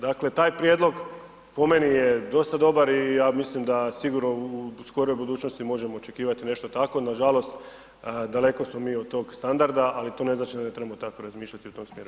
Dakle, taj prijedlog po meni je dosta dobar i ja mislim da sigurno u skoroj budućnosti možemo očekivati nešto tako, nažalost daleko smo mi od tog standarda, ali to ne znači da ne trebamo tako razmišljati i u tom smjeru ići.